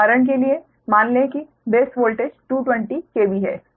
उदाहरण के लिए मान लें कि बेस वोल्टेज 220 kV है